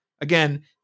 again